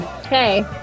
Okay